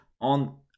on